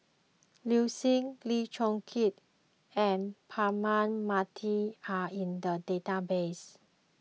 Liu Si Lim Chong Keat and Braema Mathi are in the database